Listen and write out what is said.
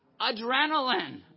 adrenaline